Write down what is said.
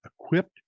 equipped